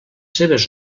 seves